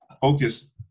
focus